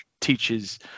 teaches